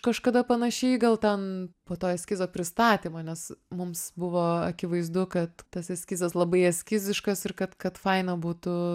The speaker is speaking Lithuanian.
kažkada panašiai gal ten po to eskizo pristatymo nes mums buvo akivaizdu kad tas eskizas labai eskiziškas ir kad kad faina būtų